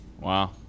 wow